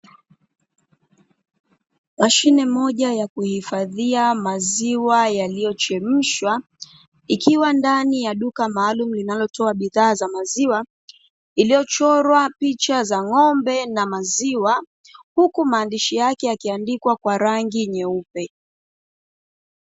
Mashine moja ya kuhifadhia maziwa yaliyochemshwa ikiwa ndani ya duka maalumu linalotoa bidhaa za maziwa iliyochorwa picha za ng'ombe na maziwa, huku maandishi yake yakiandikwa kwa rangi nyeupe.